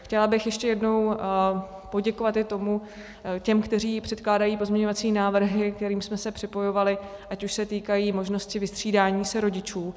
Chtěla bych ještě jednou poděkovat i těm, kteří předkládají pozměňovací návrhy, ke kterým jsme se připojovali, ať už se týkají možnosti vystřídání se rodičů.